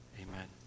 amen